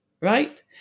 right